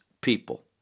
people